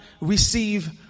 receive